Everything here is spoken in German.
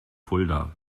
fulda